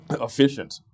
efficient